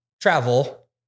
travel